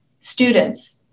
students